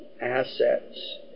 assets